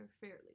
fairly